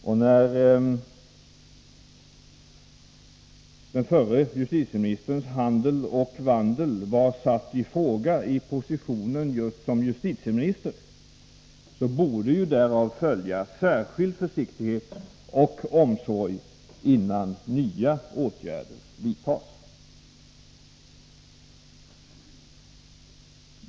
Eftersom den förre justitieministerns handel och vandel sattes i fråga just när det gällde hans position som justitieminister, borde ju därav följa att man iakttar särskild försiktighet och omsorg innan nya åtgärder vidtas.